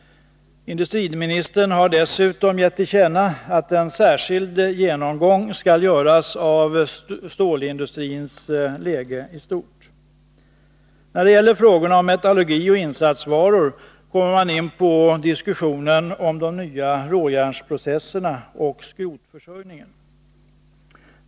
Industriministern har dessutom gett till känna att en särskild genomgång skall göras av stålindustrins läge i stort. När det gäller frågorna om metallurgi och insatsvaror kommer man in i diskussionerna om de nya råjärnprocesserna och skrotförsörjningen.